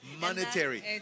monetary